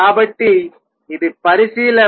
కాబట్టి ఇది పరిశీలన